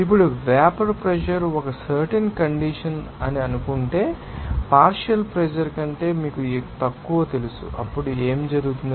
ఇప్పుడు vapour pressure ఒక certain conditions అని అనుకుంటే పార్షియల్ ప్రెషర్ కంటే మీకు తక్కువ తెలుసు అప్పుడు ఏమి జరుగుతుంది